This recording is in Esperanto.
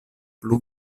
plu